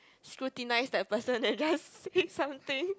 scrutinize that person and just say something